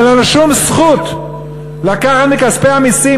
אבל אין לו שום זכות לקחת מכספי המסים